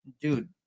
dude